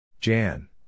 Jan